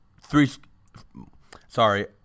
three—sorry